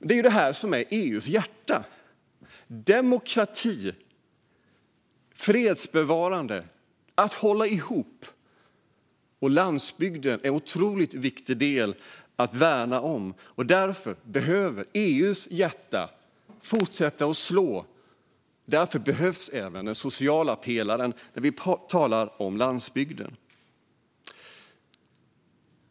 Det är det här som är EU:s hjärta: demokrati, fredsbevarande, att hålla ihop. Landsbygden är en otroligt viktig del att värna, och därför behöver EU:s hjärta fortsätta slå. Därför behövs även den sociala pelaren när vi talar om landsbygden.